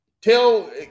Tell